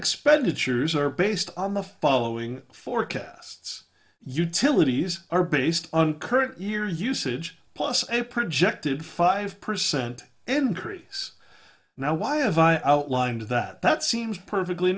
expenditures are based on the following forecasts utilities are based on current year usage plus a projected five percent increase now why have i outlined that that seems perfectly